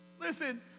Listen